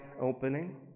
opening